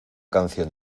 canción